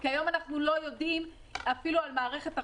כי היום אנחנו לא יודעים אפילו על מערכת אחת,